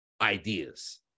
ideas